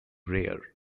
rare